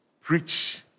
preach